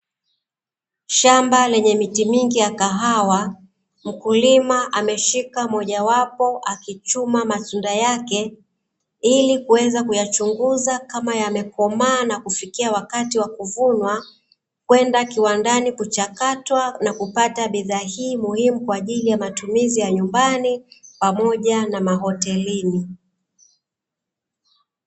Shamba lenye miti mingi ya kahawa, mkulima ameshika mojawapo, akichuma matunda yake ili kuweza kuyachunguza kama yamekomaa na kufikia wakati wa kuvunwa, kwenda kiwandani kuchakatwa na kupata bidhaa hii muhimu kwa ajili ya matumizi ya nyumbani pamoja na mahotelini.